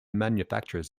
manufacturers